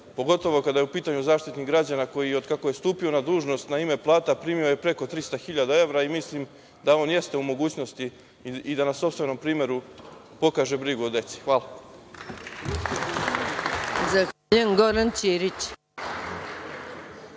pogotovo kada je u pitanju Zaštitnik građana koji od kako je stupio na dužnost na ime plata, primio je preko 300.000 evra i mislim da on jeste u mogućnosti i da na sopstvenom primeru pokaže brigu o deci. Hvala.